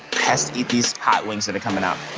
has to eat these hot wings that are comin' out.